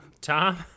Tom